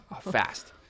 fast